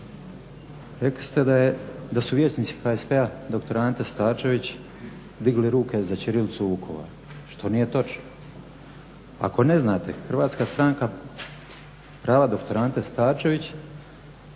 Rekli ste da su vijećnici HSP-a dr. Ante Starčević digli ruke za ćirilicu u Vukovaru što nije točno. Ako ne znate HSP dr. Ante Starčević